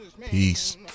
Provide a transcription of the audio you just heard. Peace